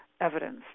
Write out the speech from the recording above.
evidence